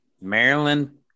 Maryland